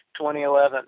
2011